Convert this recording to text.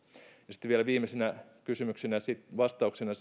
sitten vielä viimeisenä vastauksena